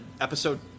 Episode